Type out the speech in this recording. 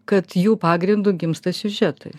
kad jų pagrindu gimsta siužetai